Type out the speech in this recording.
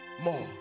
more